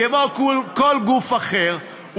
כמו כל גוף אחר,